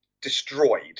destroyed